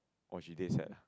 oh she dead set ah